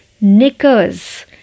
knickers